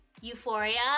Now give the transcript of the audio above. Euphoria